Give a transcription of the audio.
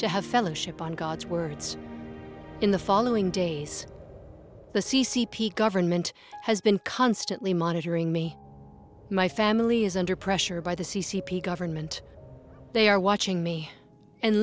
to have fellowship on god's words in the following days the c c p government has been constantly monitoring me my family is under pressure by the government they are watching me and